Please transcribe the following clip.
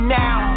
now